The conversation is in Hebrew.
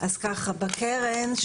בקרן,